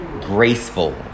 graceful